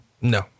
No